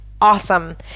Awesome